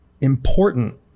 important